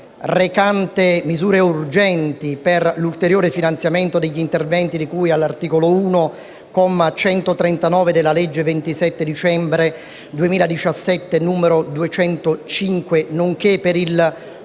recante misure urgenti per l'ulteriore finanziamento degli interventi di cui all'articolo 1, comma 139, della legge 27 dicembre 2017, n. 205, nonché per il